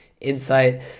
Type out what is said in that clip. insight